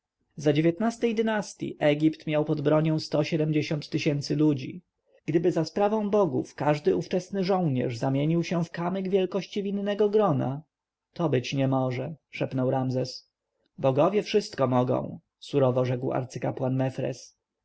a ej dynastyi gipt miał pod bronią sto osiemdziesiąt tysięcy ludzi gdyby za sprawą bogów każdy ówczesny żołnierz zamienił się w kamyk wielkości winnego grona to być nie może szepnął ramzes bogowie wszystko mogą surowo rzekł arcykapłan